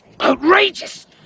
Outrageous